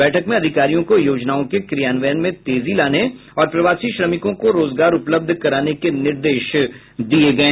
बैठक में अधिकारियों को योजनाओं के क्रियान्वयन में तेजी लाने और प्रवासी श्रमिकों को रोजगार उपलब्ध कराने का निर्देश दिया गये